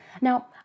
Now